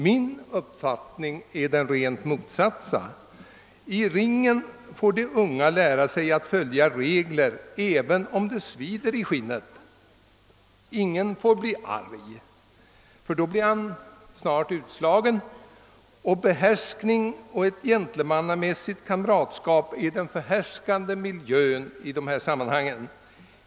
Min uppfattning är den rakt motsatta. I ringen får de unga lära sig att följa regler även om det svider i skinnet. Ingen får bli arg, ty då blir han snart utslagen. Behärskning och ett gentlemannamässigt kamratskap är det som präglar miljön i detta sammanhang.